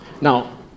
Now